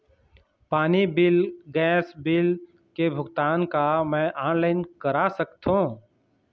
पानी bill gas bill के भुगतान का मैं ऑनलाइन करा सकथों?